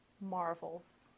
marvels